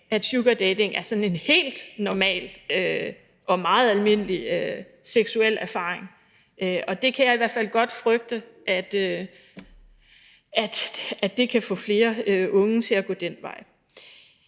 at sugardating er sådan en helt normal og meget almindelig seksuel erfaring. Og der kan jeg i hvert fald godt frygte, at det kan få flere unge til at gå den vej.